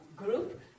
group